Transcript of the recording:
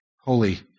holy